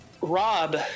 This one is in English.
Rob